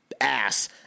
ass